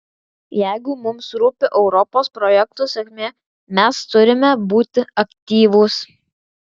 jeigu mums rūpi europos projekto sėkmė mes turime būti aktyvūs